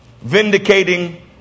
vindicating